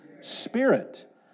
Spirit